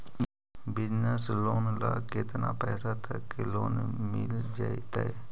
Business loan ल केतना पैसा तक के लोन मिल जितै?